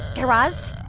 guy raz?